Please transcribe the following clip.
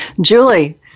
Julie